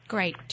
Great